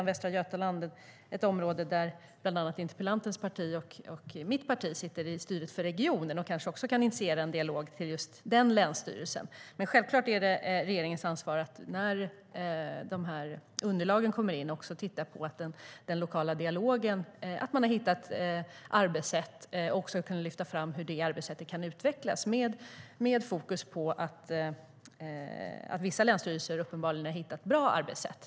Västra Götaland är ett område där bland annat interpellantens parti och mitt parti sitter i styret för regionen och därför kanske kan initiera en dialog med just den länsstyrelsen. Självklart är det regeringens ansvar att när underlagen kommer in också titta på om man har hittat arbetssätt i den lokala dialogen som kan utvecklas. Vissa länsstyrelser har uppenbarligen hittat bra arbetssätt.